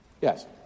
Yes